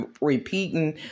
repeating